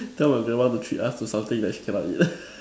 tell my grandma to treat us to something she cannot eat